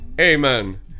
Amen